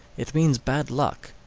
it means bad luck,